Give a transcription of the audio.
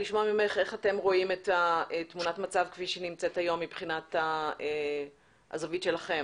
אתם רואים את תמונת המצב מהזווית שלכם.